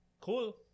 Cool